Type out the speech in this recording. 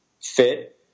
fit